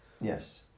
Yes